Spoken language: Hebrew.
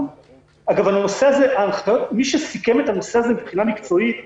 אגב מי שסיכם את הנושא הזה מבחינה מקצועית והנחה,